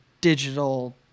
digital